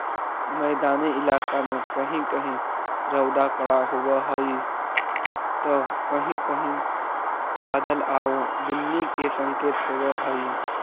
मैदानी इलाका में कहीं कहीं रउदा कड़ा होब हई त कहीं कहीं बादल आउ बुन्नी के संकेत होब हई